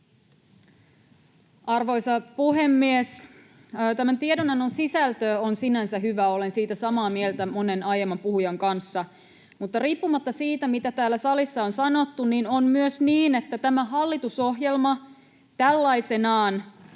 Arvoisa puhemies! Tämän tiedonannon sisältö on sinänsä hyvä. Olen siitä samaa mieltä monen aiemman puhujan kanssa, mutta riippumatta siitä, mitä täällä salissa on sanottu, on myös niin, että jos tätä hallitusohjelmaa tällaisenaan